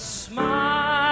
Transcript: smile